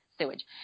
sewage